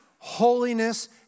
Holiness